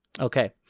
Okay